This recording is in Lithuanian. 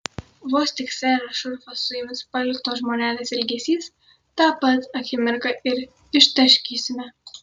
vos tik serą šurfą suims paliktos žmonelės ilgesys tą pat akimirką ir ištaškysime